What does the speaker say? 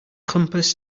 compass